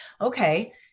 okay